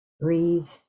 breathe